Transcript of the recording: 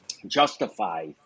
justify